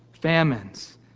famines